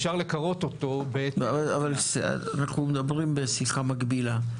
אפשר לקרות אותו --- אנחנו מדברים בשיחה מקבילה.